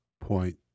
point